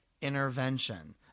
intervention